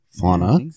Fauna